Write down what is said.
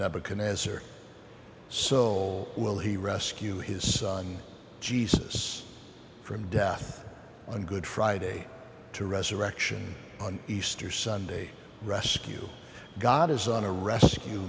never can answer so will he rescue his son jesus from death on good friday to resurrection on easter sunday rescue god is on a rescue